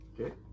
okay